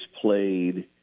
played